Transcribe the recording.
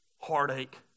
heartache